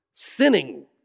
sinning